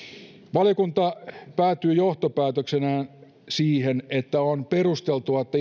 valiokunta päätyi johtopäätöksenään siihen että on perusteltua että